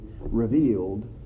revealed